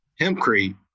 hempcrete